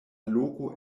loko